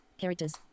characters